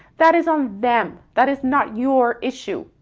that is on them. that is not your issue.